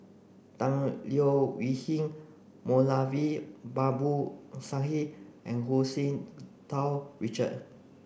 Tan Leo Wee Hin Moulavi Babu Sahib and Hu Tsu Tau Richard